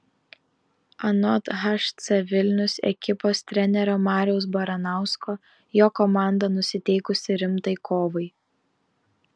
anot hc vilnius ekipos trenerio mariaus baranausko jo komanda nusiteikusi rimtai kovai